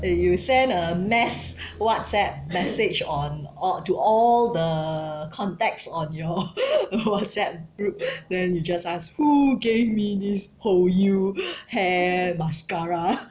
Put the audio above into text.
eh you send a mass Whatsapp message on all to all the contacts on your Whatsapp group then you just ask who gave me this Hoyu hair mascara